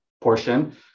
portion